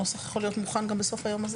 הנוסח יכול להיות מוכן גם בסוף היום.